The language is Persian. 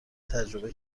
تجربه